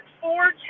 four